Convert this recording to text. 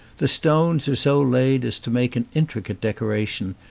the stones are so laid as to make an intricate decora tion,